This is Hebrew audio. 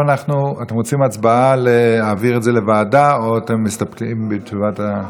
אתם רוצים הצבעה להעביר את זה לוועדה או אתם מסתפקים בתשובה?